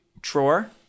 drawer